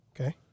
Okay